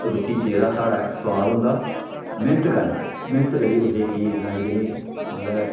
रुट्टी च जेह्ड़ा साढ़ा सोआद होंदा मैह्नत करनी मैह्नत करियै कुसै गी चीज जेह्ड़ी बनाई देनी मतलबै